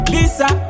Lisa